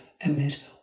emit